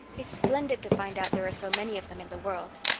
it's splendid to find out there are so many of them in the world.